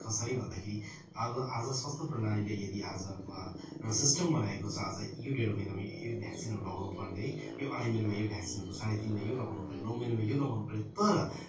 कसरी भन्दाखेरि अब आज स्वास्थ्य प्रणालीले यदि आज एउटा सिस्टम बनाएको छ आज यो डेढ महिनामा यो यो भ्याक्सिनहरू लगाउनुपर्ने है यो अढाई महिनामा यो भ्याक्सिनको साढे तिनमा यो लगाउनुपर्ने नौ महिनामा यो लगाउनुपर्ने तर